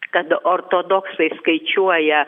kad ortodoksai skaičiuoja